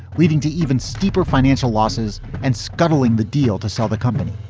leading to even steeper financial losses and scuttling the deal to sell the company.